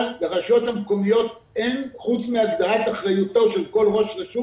אבל לרשויות המקומיות אין חוץ מהגדרת אחריותו של כל ראש רשות